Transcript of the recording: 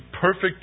perfect